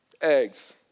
Eggs